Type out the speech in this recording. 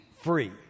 free